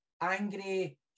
angry